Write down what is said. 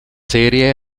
serie